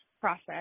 process